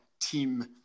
Team